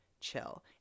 chill